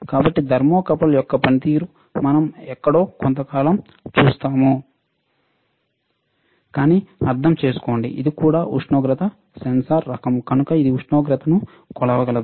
కాబట్టి థర్మోకపుల్ యొక్క పనితీరును మనం ఎక్కడో కొంతకాలం చూస్తాము కానీ అర్థం చేసుకోండి ఇది కూడా ఉష్ణోగ్రత సెన్సార్ రకం కనుక ఇది ఉష్ణోగ్రతను కొలవగలదు